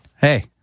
hey